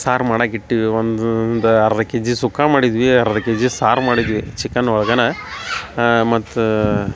ಸಾರು ಮಾಡಕ್ಕೆ ಇಟ್ಟಿವಿ ಒಂದು ಒಂದ ಅರ್ಧ ಕೆಜಿ ಸುಕ್ಕಾ ಮಾಡಿದ್ವಿ ಅರ್ಧ ಕೆಜಿ ಸಾರು ಮಾಡಿದ್ವಿ ಚಿಕನ್ ಒಳಗನ ಮತ್ತು